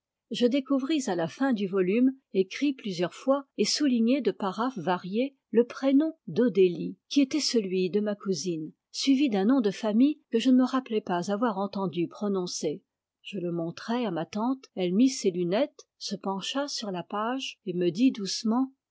je découvris à la fin du volume écrit plusieurs fois et souligné de paraphes variés le prénom à'odélie qui était celui de ma cousine suivi d'un nom de famille que je ne me rappelais pas avoir entendu prononcer je le montrai à ma tante elle mit ses lunettes se pencha sur la page et me dit doucement